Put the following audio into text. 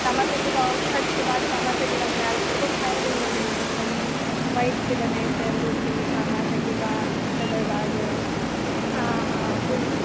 सामा चकेवा छठिके बाद सामा चकेवा मनाओल जाइ छै ओहो भाय बहिनकेँ होइ छै माटिके बनै छै मुर्ति सामा चकेवा तकर बाद हँ हँ पुर्णिमा